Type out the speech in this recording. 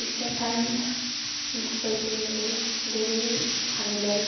त्यसै कारण गुगल पेले धेरै हामीलाई